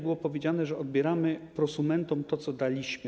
Było powiedziane, że odbieramy prosumentom to, co daliśmy.